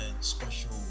special